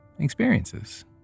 experiences